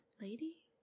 lady